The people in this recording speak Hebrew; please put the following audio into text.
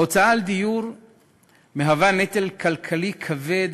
ההוצאה על דיור מהווה נטל כלכלי כבד